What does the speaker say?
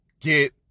get